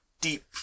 deep